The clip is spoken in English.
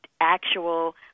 actual